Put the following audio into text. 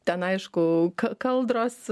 ten aišku kaldros